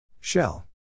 Shell